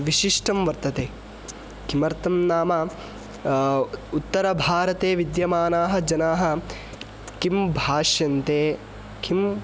विशिष्टं वर्तते किमर्थं नाम उत्तरभारते विद्यमानाः जनाः किं भाष्यन्ते किं